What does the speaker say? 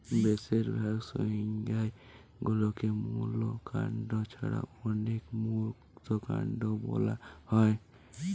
বেশিরভাগ সংজ্ঞায় গুল্মকে মূল কাণ্ড ছাড়া অনেকে যুক্তকান্ড বোলা হয়